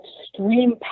extreme